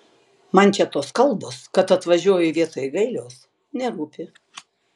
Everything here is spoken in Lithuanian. man čia tos kalbos kad atvažiuoju vietoj gailiaus nerūpi